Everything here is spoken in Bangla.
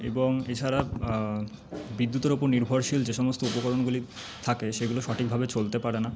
এবং এছাড়া বিদ্যুতের ওপর নির্ভরশীল যে সমস্ত উপকরণগুলি থাকে সেগুলো সঠিকভাবে চলতে পারে না